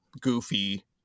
goofy